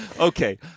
Okay